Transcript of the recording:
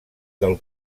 del